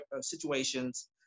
situations